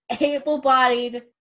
able-bodied